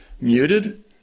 muted